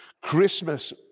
Christmas